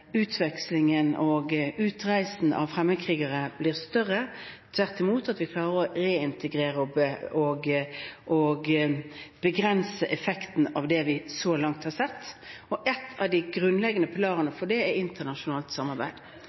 utvekslingen og utreisen av fremmedkrigere øker, og at vi tvert imot klarer å reintegrere dem og begrense effekten av det vi så langt har sett. En av de grunnleggende pilarene for det er internasjonalt samarbeid.